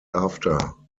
after